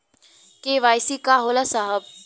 KYC का होला साहब?